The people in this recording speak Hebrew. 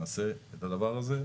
נעשה את הדבר הזה.